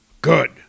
Good